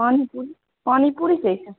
पानीपूरी पानीपूरी कैसे